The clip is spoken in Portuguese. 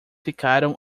ficaram